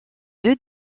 deux